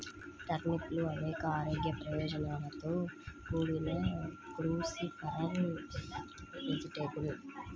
టర్నిప్లు అనేక ఆరోగ్య ప్రయోజనాలతో కూడిన క్రూసిఫరస్ వెజిటేబుల్